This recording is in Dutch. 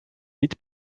niet